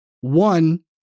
One